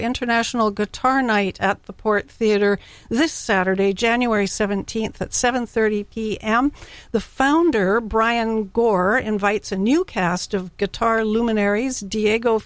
international guitar night at the port theatre this saturday january seventeenth at seven thirty pm the founder brian gore invites a new cast of guitar luminaries diego